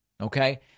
Okay